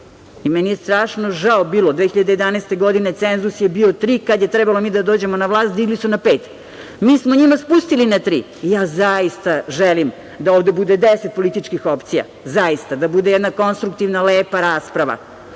je strašno žao bilo, 2011. godine cenzus je bio 3%, a kada je trebalo mi da dođemo na vlast digli su na 5%. Mi smo njima spustili na 3%. Ja zaista želim da ovde bude 10 političkih opcija. Zaista, da bude jedna konstruktivna, lepa rasprava,